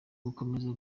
gukomeza